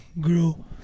grew